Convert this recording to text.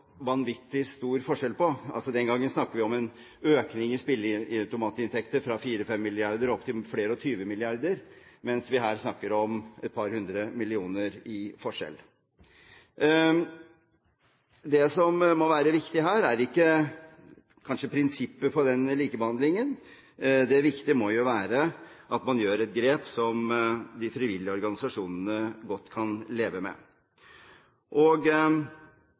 stor forskjell på. Den gang snakket vi om en økning i spilleautomatinntekter fra 4–5 mrd. kr opp til flere og tjue milliarder kroner, mens vi her snakker om et par hundre millioner kroner i forskjell. Det som må være viktig her, er kanskje ikke prinsippet for likebehandlingen, det viktige må være at man gjør et grep som de frivillige organisasjonene godt kan leve med.